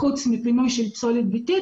חוץ מפינוי פסולת ביתית,